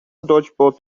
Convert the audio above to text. dodgeball